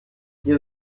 hier